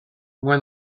when